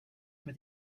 for